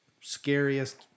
scariest